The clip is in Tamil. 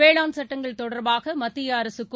வேளாண் சட்டங்கள் தொடர்பாக மத்திய அரசுக்கும்